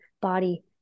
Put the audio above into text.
body